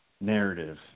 narrative